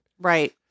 Right